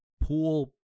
pool